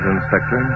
Inspector